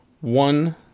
one